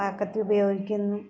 വാക്കത്തി ഉപയോഗിക്കുന്നു